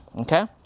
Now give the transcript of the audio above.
okay